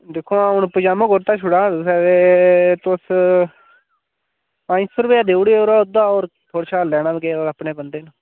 दिक्खो हां हून पजामा कुर्ता छुड़ा दा हा तुसें ते तुस पंज सौ रपेआ देई ओड़ेओ ओह्दा होर थुआढ़े शा लैना बी केह् अपने बन्दे न